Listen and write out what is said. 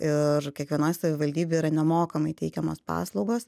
ir kiekvienoj savivaldybėj yra nemokamai teikiamos paslaugos